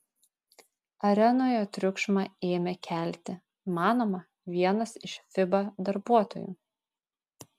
arenoje triukšmą ėmė kelti manoma vienas iš fiba darbuotojų